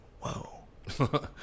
Whoa